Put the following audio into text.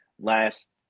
last